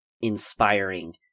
inspiring